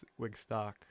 Wigstock